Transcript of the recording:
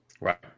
Right